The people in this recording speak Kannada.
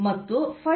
ಏಕೆ